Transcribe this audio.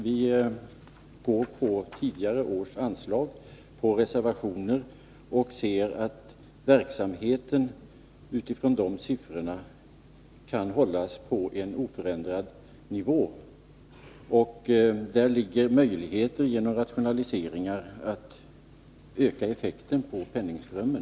Vi går på tidigare års anslag, på reservationer, och ser att verksamheten utifrån de siffrorna kan hållas på en oförändrad nivå. Därigenom finns möjligheter att genom rationaliseringar öka effekten på penningströmmen.